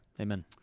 Amen